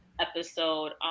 episode